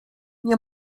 nie